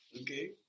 Okay